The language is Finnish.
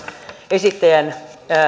esittäjän